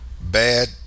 bad